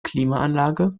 klimaanlage